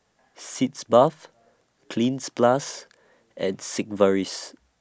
Sitz Bath Cleanz Plus and Sigvaris